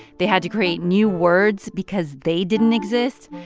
they had to create new words because they didn't exist.